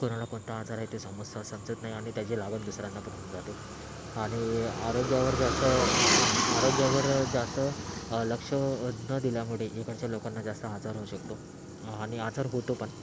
कोणाला कोणता आजार आहे ते सम समजत नाही आणि त्याची लागण दुसऱ्यांना होऊन जाते आणि आरोग्यावर लक्ष आरोग्यावर जास्त लक्ष न दिल्यामुळे इकडच्या लोकांना जास्त आजार होऊ शकतो आणि आजार होतो पण